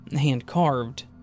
hand-carved